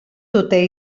dute